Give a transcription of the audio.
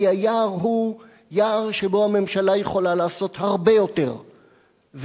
כי היער הוא יער שבו הממשלה יכולה לעשות הרבה יותר ועושה,